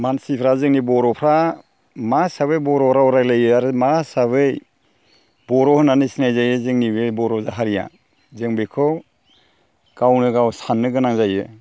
मानसिफ्रा जोंनि बर'फ्रा मा हिसाबै बर' राव रायज्लायो आरो मा हिसाबै बर' होननानै सिनाय जायो जोंनि बे बर' हारिया जों बेखौ गावनो गाव साननो गोनां जायो